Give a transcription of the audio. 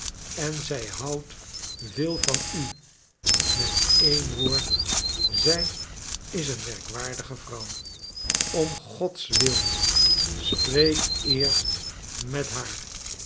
en zij houdt veel van u met een woord zij is een merkwaardige vrouw om godswil spreek eerst met haar